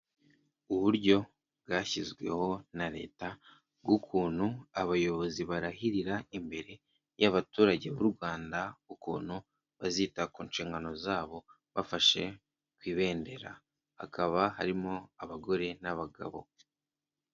Uburyo bwashyizweho na Leta bw'ukuntu abayobozi barahirira imbere y'abaturage b'u Rwanda, ukuntu bazita ku nshingano zabo, bafashe ku ibendera hakaba harimo abagore n'abagabo.